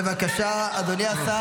מה, אתה נורמלי --- בבקשה, אדוני השר.